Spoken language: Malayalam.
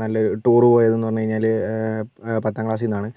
നല്ല ടൂർ പോയതെന്ന് പറഞ്ഞുകഴിഞ്ഞാൽ പത്താം ക്ലാസ്സിൽ നിന്നാണ്